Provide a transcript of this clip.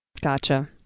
Gotcha